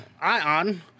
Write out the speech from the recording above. Ion